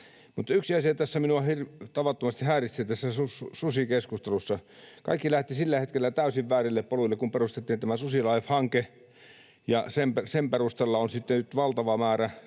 yksi asia minua tavattomasti häiritsee tässä susikeskustelussa. Kaikki lähti sillä hetkellä täysin väärille poluille, kun perustettiin tämä SusiLIFE-hanke, ja sen perusteella on nyt sitten valtava määrä